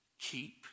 Keep